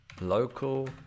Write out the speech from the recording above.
local